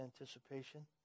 anticipation